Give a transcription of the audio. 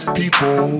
people